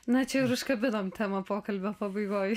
na čia ir užkabinom temą pokalbio pabaigoj